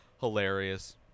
hilarious